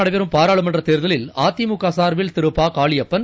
நடைபெறும் பாராளுமன்றத் தேர்தலில் அதிமுக சார்பில் பகாளியப்பன்